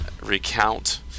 recount